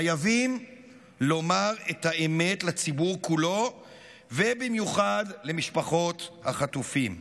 חייבים לומר את האמת לציבור כולו ובמיוחד למשפחות החטופים: